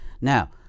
Now